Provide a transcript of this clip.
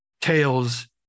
tales